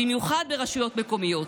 במיוחד ברשויות מקומיות.